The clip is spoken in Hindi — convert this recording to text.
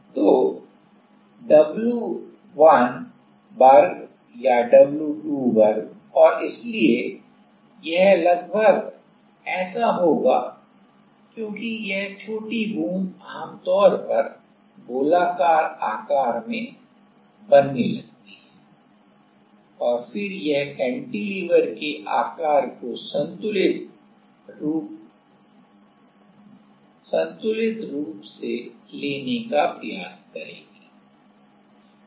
तो W1 वर्ग या W2 वर्ग और इसलिए यह लगभग ऐसा होगा क्योंकि यह छोटी बूंद आमतौर पर गोलाकार आकार में बनने लगती है और फिर यह कैंटिलीवर के आकार को संतुलित रूप से लेने का प्रयास करेगी